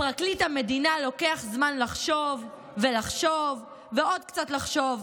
לפרקליט המדינה לוקח זמן לחשוב ולחשוב ועוד קצת לחשוב,